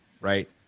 Right